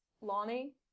Lonnie